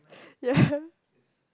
yeah